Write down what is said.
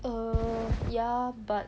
err ya but